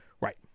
right